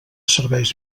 serveis